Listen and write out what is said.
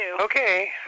Okay